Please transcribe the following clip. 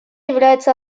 является